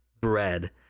bread